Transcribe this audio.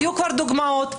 היו דוגמאות.